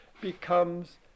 becomes